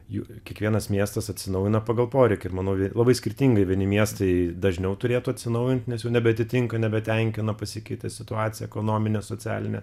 juk kiekvienas miestas atsinaujina pagal poreikį ir manau labai skirtingai vieni miestai dažniau turėtų atsinaujint nes jau nebeatitinka nebetenkina pasikeitė situacija ekonominė socialinė